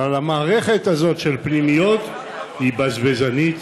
אבל המערכת הזו של הפנימיות היא בזבזנית,